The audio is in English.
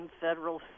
federal